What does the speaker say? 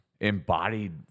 embodied